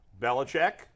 Belichick